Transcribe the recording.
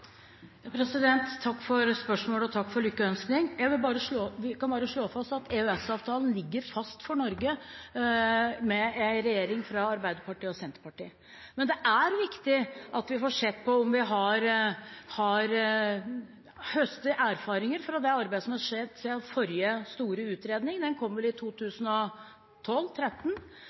Takk for spørsmålet og takk for lykkønskningen. Vi kan bare slå fast at EØS-avtalen ligger fast for Norge med en regjering fra Arbeiderpartiet og Senterpartiet. Men det er viktig at vi høster erfaringer fra det arbeidet som har skjedd siden forrige store utredning – den kom vel i 2012